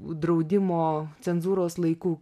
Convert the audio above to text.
draudimo cenzūros laikų